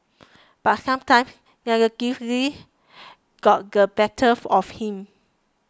but sometimes negativity got the better of him